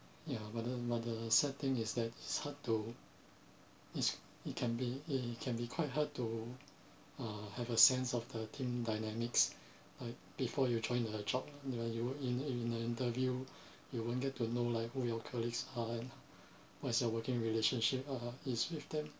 ya but the but the sad thing is that its hard to it's it can be it it can be quite hard to uh have a sense of the team dynamics like before you join the job when you were in in the interview and what's your working relationship are is with them